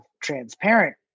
transparent